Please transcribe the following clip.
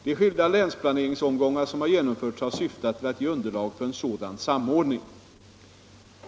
De skilda länsplaneringsomgångar som har genomförts har syftat till att ge underlag för en sådan samordning.